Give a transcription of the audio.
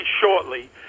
shortly